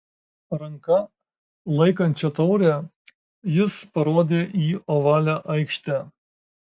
ranka laikančia taurę jis parodė į ovalią aikštę